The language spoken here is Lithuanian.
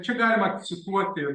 čia galima cituoti